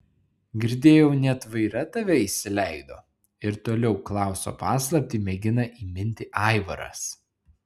girdėjau net vaira tave įsileido ir toliau klauso paslaptį mėgina įminti aivaras